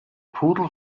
pudel